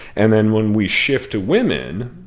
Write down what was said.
and then when we shift to women,